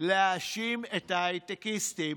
להאשים את ההייטקיסטים,